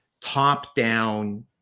top-down